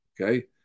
Okay